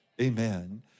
Amen